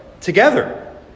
together